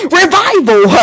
revival